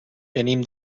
venim